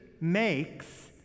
makes